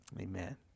Amen